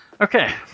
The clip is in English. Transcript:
Okay